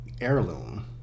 heirloom